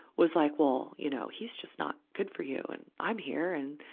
was like, well, you know, he's just not good for you. and i'm here, and,